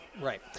Right